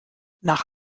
nach